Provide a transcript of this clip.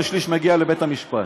ושליש מגיע לבית המשפט.